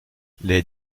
les